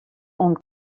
oan